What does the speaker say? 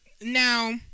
Now